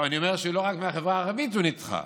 אני אומר שלא רק מהחברה הערבית הוא נדחה,